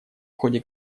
ходе